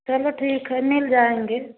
चलो ठीक है मिल जाएँगे